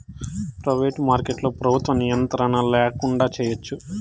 private మార్కెట్లో ప్రభుత్వ నియంత్రణ ల్యాకుండా చేయచ్చు